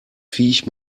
viech